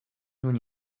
nun